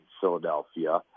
Philadelphia